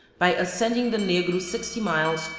by ascending the negro sixty miles,